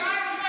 17,